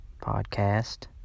podcast